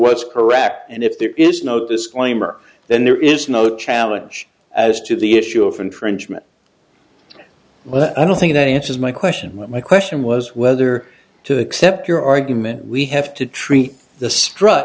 was correct and if there is no disclaimer then there is no challenge as to the issue of infringement well i don't think they answers my question but my question was whether to accept your argument we have to treat the stru